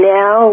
now